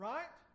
Right